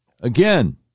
Again